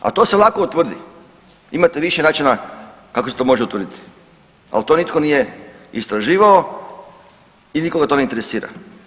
A to se lako utvrdi imate više načina kako se to može utvrditi, ali to nitko nije istraživao i nikoga to ne interesira.